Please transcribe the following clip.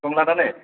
सम लानानै